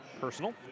personal